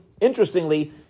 interestingly